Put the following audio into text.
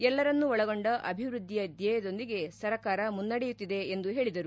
ಎಲ್ಲರನ್ನು ಒಳಗೊಂಡ ಅಭಿವ್ಬದ್ದಿಯ ಧ್ಯೇಯದೊಂದಿಗೆ ಸರ್ಕಾರ ಮುನ್ನಡೆಯುತ್ತಿದೆ ಎಂದು ಹೇಳಿದರು